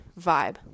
vibe